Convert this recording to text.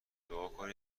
دعاکنید